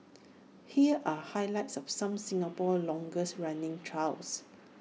here are highlights of some Singapore's longest running trials